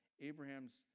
Abraham's